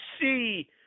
see